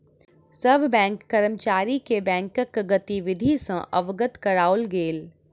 सभ बैंक कर्मचारी के बैंकक गतिविधि सॅ अवगत कराओल गेल